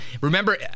remember